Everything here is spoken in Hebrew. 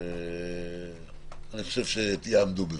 אני חושב שתעמדו בזה.